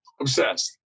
obsessed